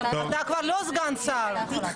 אתה כבר לא סגן שר.